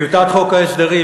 טיוטת חוק ההסדרים,